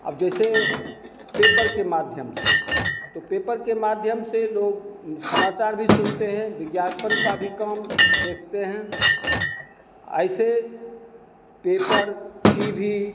अब जैसे पेपर के माध्यम से तो पेपर के माध्यम से लोग समाचार भी सुनते हैं विज्ञापन का भी काम देखते हैं ऐसे पेपर की भी